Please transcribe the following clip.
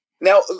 Now